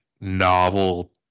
novel